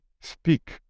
speak